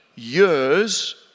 Years